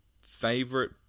favorite